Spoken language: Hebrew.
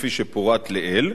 כפי שפורטו לעיל,